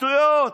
שטויות,